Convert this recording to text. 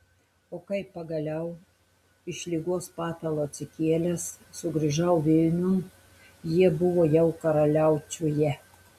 o kai pagaliau iš ligos patalo atsikėlęs sugrįžau vilniun jie buvo jau karaliaučiuje